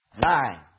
nine